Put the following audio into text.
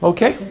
Okay